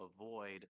avoid